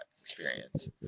experience